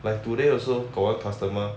like today also got one customer